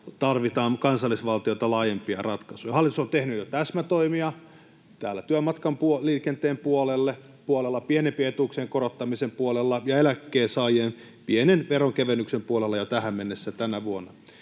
tarvitaan kansallisvaltiota laajempia ratkaisuja. Hallitus on tehnyt täsmätoimia täällä työmatkaliikenteen puolella, pienimpien etuuksien korottamisen puolella ja eläkkeensaajien pienen veronkevennyksen puolella jo tähän mennessä tänä vuonna.